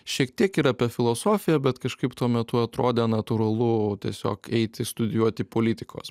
šiek tiek ir apie filosofiją bet kažkaip tuo metu atrodė natūralu tiesiog eiti studijuoti politikos